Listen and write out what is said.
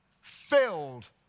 Filled